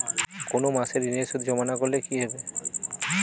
কোনো মাসে ঋণের সুদ জমা না করলে কি হবে?